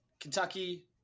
kentucky